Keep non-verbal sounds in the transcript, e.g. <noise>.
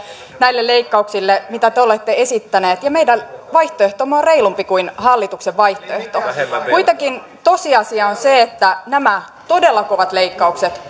näille leikkauksille mitä te olette esittäneet ja meidän vaihtoehtomme on reilumpi kuin hallituksen vaihtoehto kuitenkin tosiasia on se että nämä todella kovat leikkaukset <unintelligible>